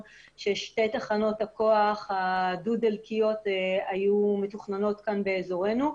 ששתי תחנות הכוח הדו-דלקיות היו מתוכננות כאן באזורנו.